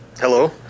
Hello